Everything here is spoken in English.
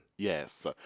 Yes